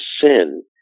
sin